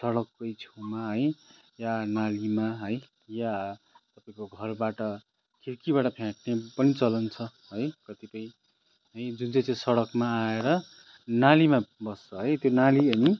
सडककै छेउमा है या नालीमा है या तपाईँको घरबाट खिड्कीबाट फ्याँक्ने पनि चलन छ है कतिपय है जुन चाहिँ चाहिँ सडकमा आएर नालीमा बस्छ है त्यो नाली अनि